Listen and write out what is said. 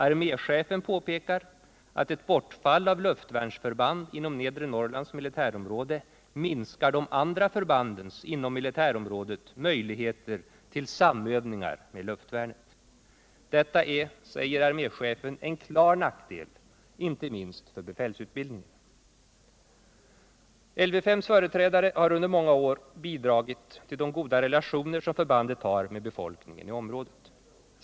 Arméchefen påpekar att ett bortfall av luftvärnsförband inom nedre Norrlands militärområde minskar de andra förbandens inom militärområdet möjligheter till samövningar med luftvärnet. Detta är, säger arméchefen, en klar nackdel, inte minst för befälsutbildningen. Lv 5:s företrädare har undepmånga år bidragit till de goda relationer som förbandet har med befolkningen i området.